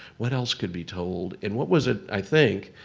what else could be told? and what was it, i think,